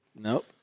Nope